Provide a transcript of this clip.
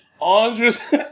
Andres